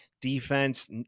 defense